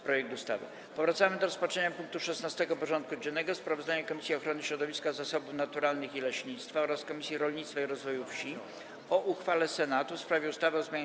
Powracamy do rozpatrzenia punktu 16. porządku dziennego: Sprawozdanie Komisji Ochrony Środowiska, Zasobów Naturalnych i Leśnictwa oraz Komisji Rolnictwa i Rozwoju Wsi o uchwale Senatu w sprawie ustawy o zmianie